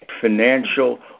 financial